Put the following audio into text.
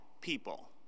people